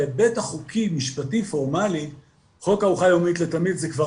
בהיבט החוקי משפטי פורמלי חוק ארוחה יומית לתלמיד זה כבר